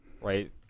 right